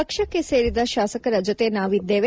ಪಕ್ಷಕ್ಕೆ ಸೇರಿದ ಶಾಸಕರ ಜೊತೆ ನಾವಿದ್ದೇವೆ